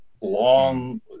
long